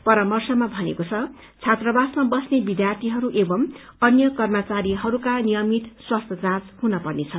परामर्शमा भनिएको छ छात्रावासमा बस्ने विद्यार्थीहरू एवं अन्य कर्मचारीहरूको नियमित स्वास्थ्य जाँच हुन पर्नेछ